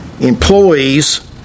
Employees